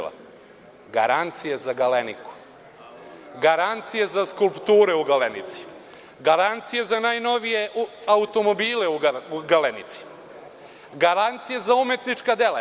Garancije za „Galeniku“, garancije za skulpture u „Galenici“, garancije za najnovije automobile u „Galenici“, garancije za umetnička dela.